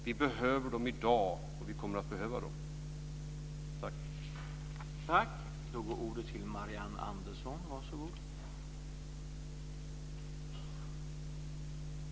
Vi behöver dem i dag, och vi kommer att behöva dem i framtiden.